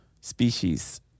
Species